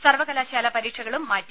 സർവകലാശാലാ പരീക്ഷകളും മാറ്റി